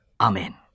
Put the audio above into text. Amen